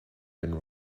been